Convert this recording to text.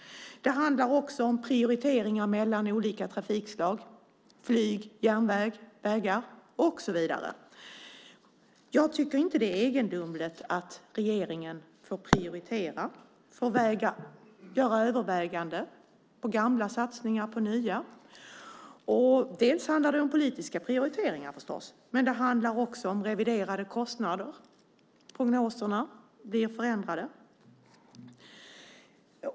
Det handlar också om prioriteringar mellan olika trafikslag - flyg, järnväg, vägar och så vidare. Jag tycker inte att det är egendomligt att regeringen får prioritera och göra överväganden när det gäller gamla och nya satsningar. Det handlar förstås om politiska prioriteringar, men det handlar också om reviderade kostnader. Prognoserna blir förändrade.